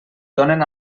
donen